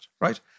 right